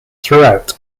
throughout